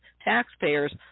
taxpayers